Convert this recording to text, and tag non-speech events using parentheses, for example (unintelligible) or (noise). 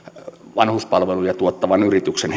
vanhuspalveluja tuottavan yrityksen (unintelligible)